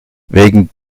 wegen